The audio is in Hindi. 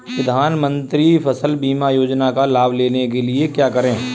प्रधानमंत्री फसल बीमा योजना का लाभ लेने के लिए क्या करें?